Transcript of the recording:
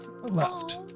left